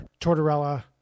Tortorella